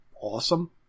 awesome